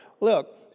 Look